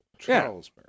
Charlesburg